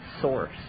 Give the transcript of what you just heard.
source